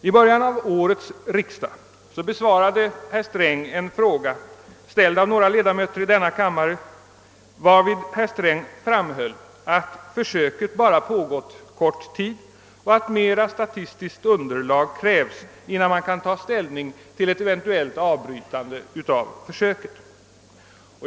I början av årets riksdag besvarade herr Sträng en fråga ställd av några ledamöter i denna kammare, varvid herr Sträng framhöll att försöket bara pågått under kort tid och att ytterligare statistiskt underlag krävdes innan man kunde ta ställning till ett eventuellt avbrytande av försöket.